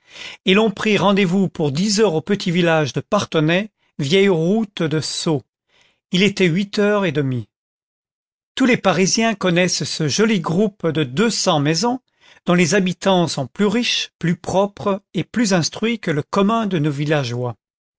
et l'on prit rendez-vous pour dix heures au petit village de parthenay vieille route de sceaux il était huit heures et demie tous les parisiens connaissent ce joli groupe de deux cents maisons dont les habitants sont plus riches plus propres et plus instruits que le commun de nos villageois